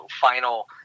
final